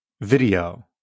video